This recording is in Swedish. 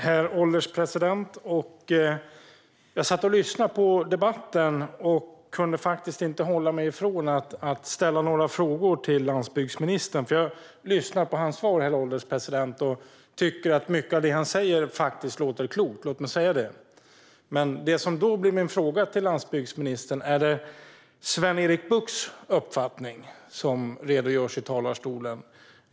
Herr ålderspresident! Jag satt och lyssnade på debatten och kunde inte avhålla mig från att ställa några frågor till landsbygdsministern. Jag lyssnade på hans svar, herr ålderspresident, och jag tycker att mycket av det han säger låter klokt - låt mig säga det. Men det som blir mina frågor till landsbygdsministern är: Är det Sven-Erik Buchts uppfattning som det redogörs för i talarstolen?